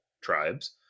tribes